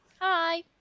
Hi